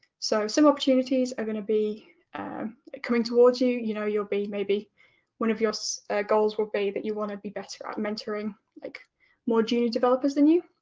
so some opportunities are going to be coming towards you you know, you will be maybe one of your so goals would be that you want to be better at mentoring like more junior developers than you,